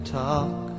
talk